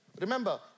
Remember